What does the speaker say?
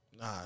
Nah